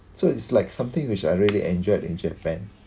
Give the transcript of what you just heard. so it's like something which I really enjoyed in japan